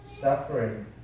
Suffering